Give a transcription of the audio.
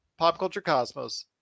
PopCultureCosmos